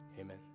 Amen